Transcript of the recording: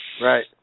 Right